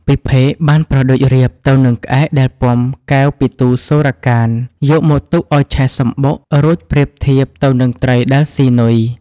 ពិភេកបានប្រដូចរាពណ៍ទៅ នឹងក្អែកដែលពាំកែវពិទូរសូរ្យកាន្ត យកមកទុកឱ្យឆេះសម្បុក រួចប្រៀបធៀបទៅនឹងត្រីដែលស៊ីនុយ។